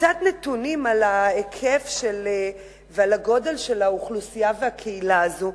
קצת נתונים על ההיקף והגודל של האוכלוסייה והקהילה הזאת,